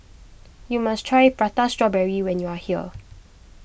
you must try Prata Strawberry when you are here